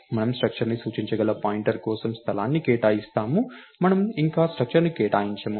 మనము స్ట్రక్టర్ ని సూచించగల పాయింటర్ కోసం స్థలాన్ని కేటాయిస్తాము మనము ఇంకా స్ట్రక్టర్ ని కేటాయించము